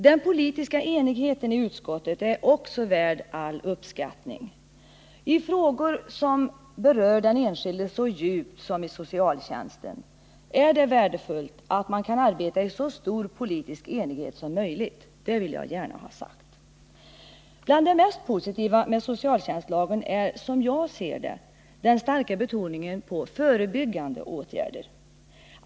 Den politiska enigheten i utskottet är också värd all uppskattning. I frågor som berör den enskilde så djupt som socialtjänsten är det värdefullt att man kan arbeta i så stor politisk enighet som möjligt — det vill jag gärna ha sagt. Bland det mest positiva med socialtjänstlagen är — som jag ser det — den starka betoningen av förebyggande åtgärder.